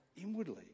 inwardly